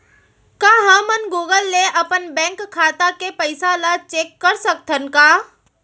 का हमन गूगल ले अपन बैंक खाता के पइसा ला चेक कर सकथन का?